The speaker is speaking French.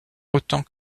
autant